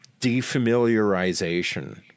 defamiliarization